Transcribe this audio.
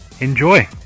enjoy